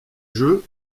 jeu